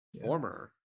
former